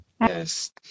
Yes